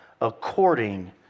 according